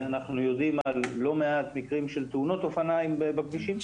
אנחנו יודעים על לא מעט מקרים של תאונות אופניים בכבישים,